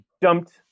dumped